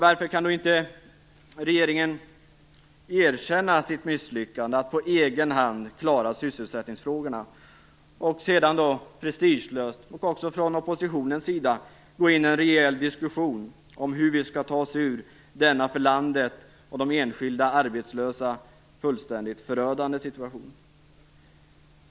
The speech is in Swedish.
Varför kan då inte regeringen erkänna sitt misslyckande att på egen hand klara sysselsättningsfrågorna och sedan prestigelöst - det gäller också från oppositionens sida - gå in i en rejäl diskussion om hur vi skall ta oss ur denna för landet och för enskilda arbetslösa fullständigt förödande situation?